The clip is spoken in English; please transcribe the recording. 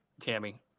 Tammy